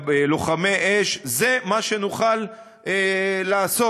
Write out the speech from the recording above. לוחמי אש, זה מה שנוכל לעשות.